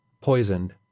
poisoned